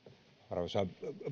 arvoisa